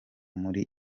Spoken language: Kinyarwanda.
muri